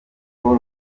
paul